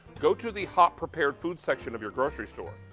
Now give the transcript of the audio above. go to the hot prepared food section of your grocery store.